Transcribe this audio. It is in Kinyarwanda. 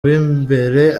b’imbere